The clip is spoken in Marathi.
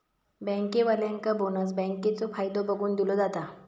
बँकेवाल्यांका बोनस बँकेचो फायदो बघून दिलो जाता